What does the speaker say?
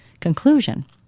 conclusion